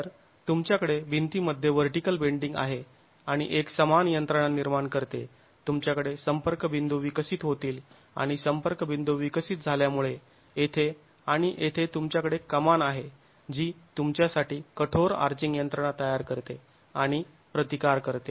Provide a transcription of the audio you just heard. तर तुमच्याकडे भिंतींमध्ये व्हर्टीकल बेंडींग आहे आणि एक समान यंत्रणा निर्माण करते तुमच्याकडे संपर्क बिंदू विकसित होतील आणि संपर्क बिंदू विकसित झाल्यामुळे येथे आणि येथे तुमच्याकडे कमान आहे जी तुमच्यासाठी कठोर आर्चिंग यंत्रणा तयार करते आणि प्रतिकार करते